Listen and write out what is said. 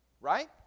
Right